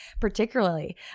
particularly